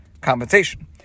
compensation